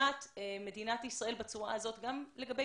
הנגשת מדינת ישראל בצורה הזאת גם לגבי